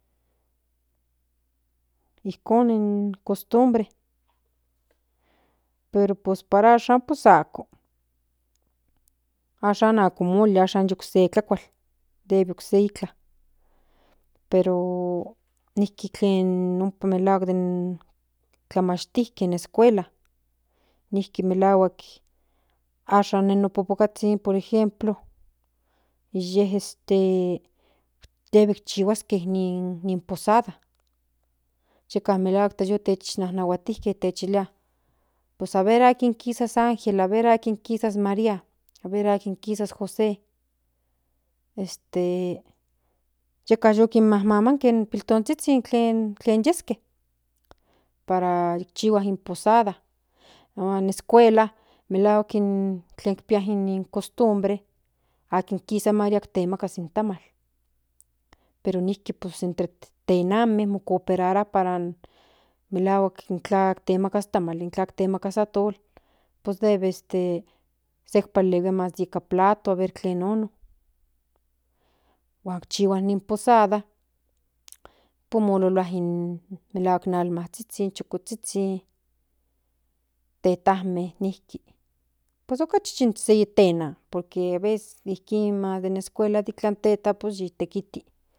Ijkon in cost bre pero pos para ahan pues ako ashan ako moli ashan okse tlakual debe okse itln pero tlen ompa melahuak tlamashtijke in escuela nijki melahuak ashan ine no popokazhin por ejemplo inye deb chihuaske ni posada yela melahuak hasta yu nahuatijke tichilia aver akin kisas angela aver akin kisas maria aver akin kisas maria aver akin kisas jose este yeka yu mamanke in pipiltonzhizhin tlen yesque para ikchihuas in posada melahuak in escuela melahuak kin pia in cost bre akin kisas maria temaka in tamal pero nijki pues entre tenanme mo coperarua para melahuak intla temakas tamal temaka atol pues debe sek palihuia nikan plato debe tlen nono kuak chihua ni posada pues mololua melahuak in almazhizhin chukozhizhin tetanme pues okachi san puro tenan por que aveces ijkin den escuela itlan teta oues yitikiti.